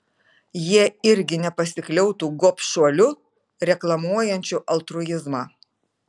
jie irgi nepasikliautų gobšuoliu reklamuojančiu altruizmą